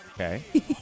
Okay